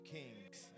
kings